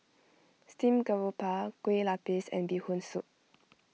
Steamed Garoupa Kueh Lapis and Bee Hoon Soup